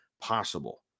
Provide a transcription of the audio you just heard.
possible